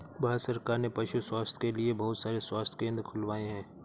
भारत सरकार ने पशु स्वास्थ्य के लिए बहुत सारे स्वास्थ्य केंद्र खुलवाए हैं